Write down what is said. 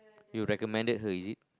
you recommended her is it